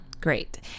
Great